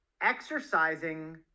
exercising